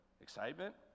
excitement